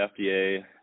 FDA